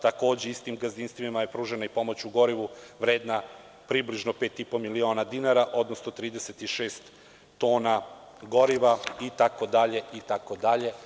Takođe, istim gazdinstvima je pružena pomoć u gorivu vredna približno 5,5 miliona dinara, odnosno 36 tona goriva, itd, itd.